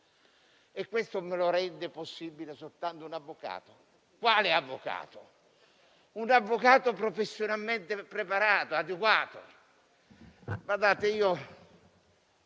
e questo lo rende possibile soltanto un avvocato. Quale avvocato? Un avvocato professionalmente preparato e adeguato.